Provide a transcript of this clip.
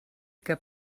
que